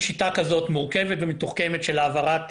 הזוועה שאתה מתאר באותו תא מעבר היא הופכת להיות נחלת